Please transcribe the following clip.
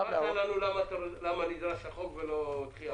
נימקת למה נדרש החוק ולא דחיית מועדים.